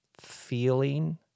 feeling